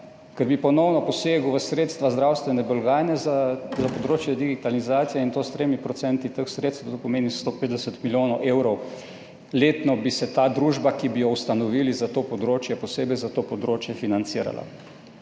ker bi ponovno posegel v sredstva zdravstvene blagajne za področje digitalizacije, in to s 3 % teh sredstev, to pomeni 150 milijonov evrov letno bi se ta družba, ki bi jo ustanovili za to področje posebej za to področje financirala.